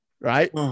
Right